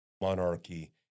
monarchy